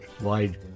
wide